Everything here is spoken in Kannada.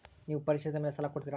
ನೇವು ಪರಿಶೇಲಿಸಿದ ಮೇಲೆ ಸಾಲ ಕೊಡ್ತೇರಾ?